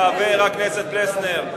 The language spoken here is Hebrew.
חבר הכנסת פלסנר,